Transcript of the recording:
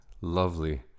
lovely